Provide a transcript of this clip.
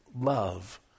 love